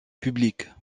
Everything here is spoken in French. public